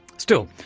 still,